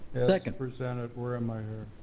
the second. presented, where um ah